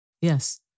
Yes